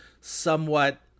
somewhat